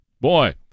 Boy